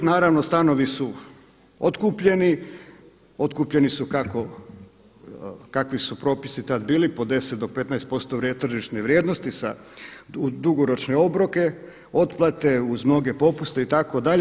Ti naravno stanovi su otkupljeni, otkupljeni su kakvi su propisi tad bili po 10 do 15% tržišne vrijednosti u dugoročne obroke otplate uz mnoge popuste itd.